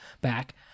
back